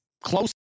close